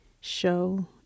show